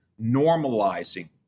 normalizing